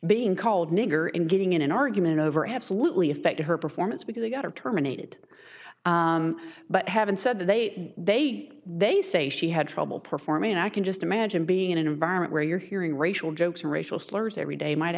being called nigger and getting in an argument over absolutely affected her performance because it got her terminated but having said that they they they say she had trouble performing and i can just imagine being in an environment where you're hearing racial jokes and racial slurs every day might